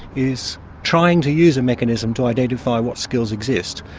is trying to use a mechanism to identify what skills exist.